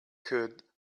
could